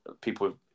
people